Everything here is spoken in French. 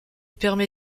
permet